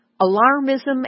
alarmism